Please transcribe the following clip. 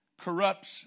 Corrupts